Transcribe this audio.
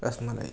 rasmalai